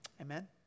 Amen